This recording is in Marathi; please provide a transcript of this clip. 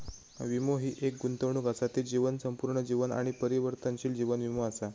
वीमो हि एक गुंतवणूक असा ती जीवन, संपूर्ण जीवन आणि परिवर्तनशील जीवन वीमो असा